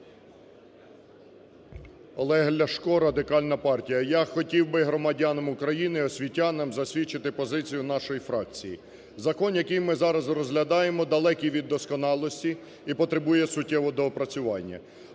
Олег Ляшко, Радикальна партія. Я хотів би громадянам України, освітянам засвідчити позицію нашої фракції. Закон, який ми зараз розглядаємо далекий від досконалості і потребує суттєвого доопрацювання.